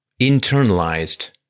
internalized